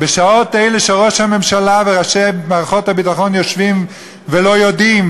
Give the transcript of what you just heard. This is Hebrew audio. בשעות אלה שראש הממשלה וראשי מערכות הביטחון יושבים ולא יודעים,